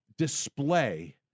display